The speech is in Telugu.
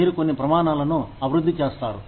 మీరు కొన్ని ప్రమాణాలను అభివృద్ధి చేస్తారు